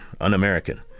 un-American